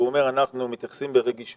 הוא אומר: אנחנו מתייחסים ברגישות.